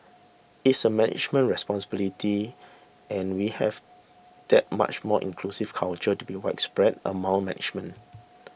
it's a management responsibility and we have that much more inclusive culture to be widespread among management